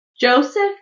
Joseph